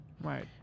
right